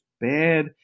bad